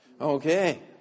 Okay